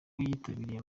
yitabiriye